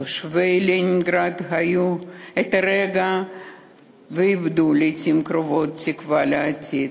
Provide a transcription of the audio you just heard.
תושבי לנינגרד חיו את הרגע ואיבדו לעתים קרובות תקווה לעתיד.